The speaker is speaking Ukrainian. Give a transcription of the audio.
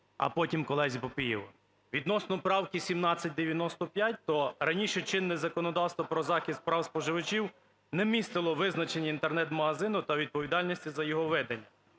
а потім колезі Папієву. Відносно правки 1795, то раніше чинне законодавство про захист прав споживачів не містило визначення інтернет-магазину та відповідальності за його ведення.